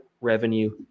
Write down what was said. revenue